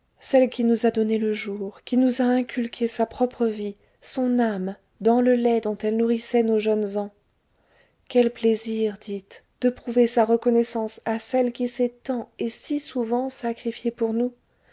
celle qui nous a donné le jour qui nous a inculqué sa propre vie son âme dans le lait dont elle nourrissait nos jeunes ans quel plaisir dites de prouver sa reconnaissance à celle qui s'est tant et si souvent sacrifiée pour nous